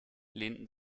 lehnten